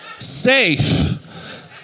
safe